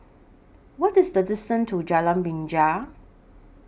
What IS The distance to Jalan Binja